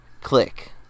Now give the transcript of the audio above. click